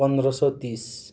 पन्ध्र सौ तिस